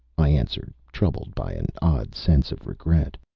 i answered, troubled by an odd sense of regret.